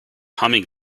humming